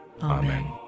Amen